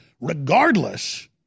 Regardless